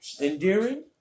Endearing